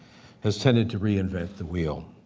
has tended to reinvent the wheel.